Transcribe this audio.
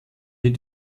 die